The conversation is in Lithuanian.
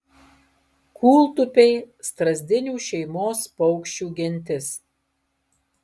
kūltupiai strazdinių šeimos paukščių gentis